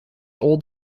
old